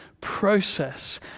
process